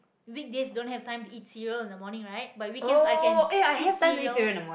weekdays don't have time to eat cereal in the morning right but weekends I can eat cereal